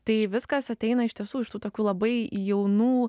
tai viskas ateina iš tiesų iš tų tokių labai jaunų